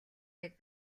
нэг